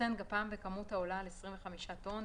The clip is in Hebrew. איחסן גפ"מ בכמות העולה על 25 טון,